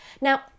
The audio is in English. Now